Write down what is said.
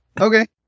Okay